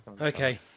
Okay